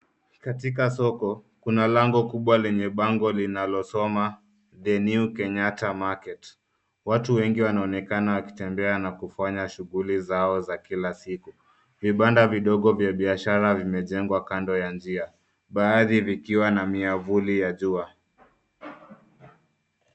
Katika soko kuna lango kubwa lenye bango linalosoma THE NEW KENYATTA MARKET .Watu wengi wanaonekana wakitembea na kufanya shughuli zao za kila siku. Vibanda vidogo vya biashara vimejengwa kando ya njia baadhi vikiwa na miavuli ya jua.